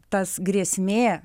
tas grėsmė